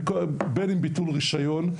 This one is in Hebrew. בין אם ביטול רישיון,